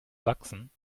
sachsen